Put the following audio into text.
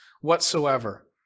whatsoever